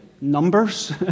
Numbers